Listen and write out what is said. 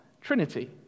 Trinity